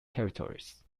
territories